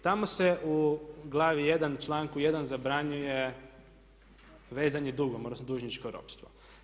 Tamo se u Glavi I., članku 1. zabranjuje vezanje dugom, odnosno dužničko ropstvo.